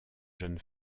jeunes